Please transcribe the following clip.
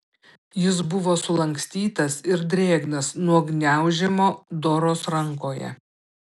jis buvo sulankstytas ir drėgnas nuo gniaužimo doros rankoje